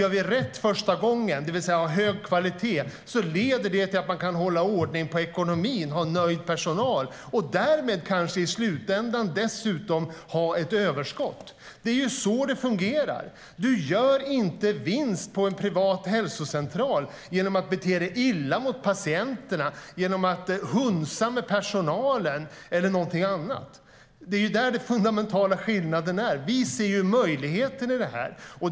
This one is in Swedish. Gör vi rätt första gången, det vill säga har hög kvalitet, leder det till att vi kan hålla ordning på ekonomin och ha nöjd personal, och därmed kanske i slutändan dessutom få ett överskott. Det är så det fungerar. Du gör inte vinst på en privat hälsocentral genom att bete dig illa mot patienterna, genom att hunsa personalen eller någonting annat. Det är det som är den fundamentala skillnaden, nämligen att vi ser möjligheterna i detta.